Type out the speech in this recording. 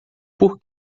por